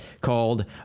called